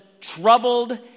troubled